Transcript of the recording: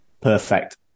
Perfect